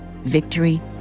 victory